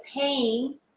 pain